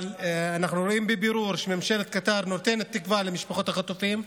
אבל אנחנו רואים בבירור שממשלת קטר נותנת תקווה למשפחות החטופים.